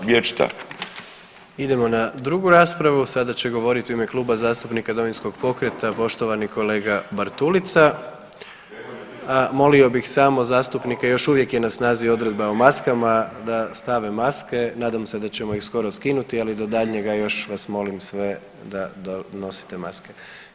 Idemo na drugu raspravu sada će govoriti u ime Kluba zastupnika Domovinskog pokreta poštovani kolega Bartulica, a molio bih samo zastupnike još uvijek je na snazi odredba o maskama da stave maske, nadamo se da ćemo ih skoro skinuti, ali do daljnjega još vas molim sve da nosite maske.